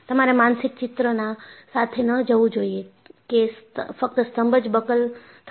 તમારે માનસિક ચિત્રના સાથે ન જવું જોઈએ કે ફક્ત સ્તંભ જ બકલ થશે